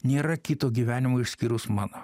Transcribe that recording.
nėra kito gyvenimo išskyrus mano